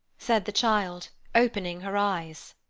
said the child, opening her eyes,